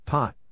Pot